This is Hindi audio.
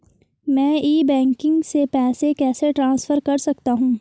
मैं ई बैंकिंग से पैसे कैसे ट्रांसफर कर सकता हूं?